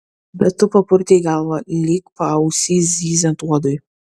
bet tu papurtei galvą lyg paausy zyziant uodui